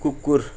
कुकुर